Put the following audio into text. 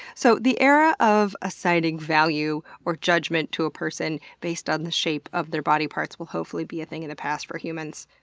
so the era of assigning value or judgement to a person based on the shape of their body parts will hopefully be a thing of the past for humans.